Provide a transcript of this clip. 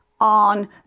on